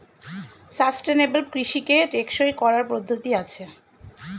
sustainable কৃষিকে টেকসই করার পদ্ধতি আছে